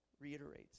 reiterates